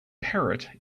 parrot